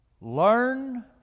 Learn